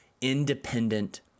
independent